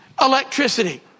electricity